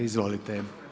Izvolite.